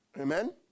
Amen